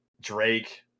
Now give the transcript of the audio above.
Drake